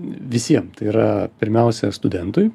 visiem tai yra pirmiausia studentui